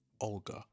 Olga